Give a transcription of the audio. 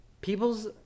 people's